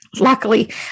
Luckily